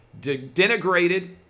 denigrated